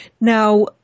now